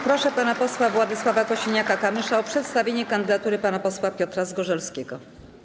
Proszę pana posła Władysława Kosiniaka-Kamysza o przedstawienie kandydatury pana posła Piotra Zgorzelskiego.